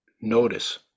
notice